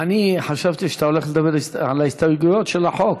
אני חשבתי שאתה הולך לדבר על ההסתייגויות של החוק,